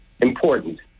important